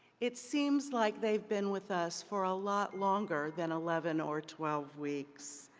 it seems like they've been with us for a lot longer than eleven or twelve weeks.